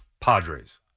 Padres